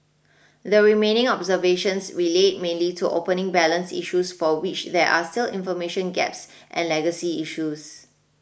the remaining observations relate mainly to opening balance issues for which there are still information gaps and legacy issues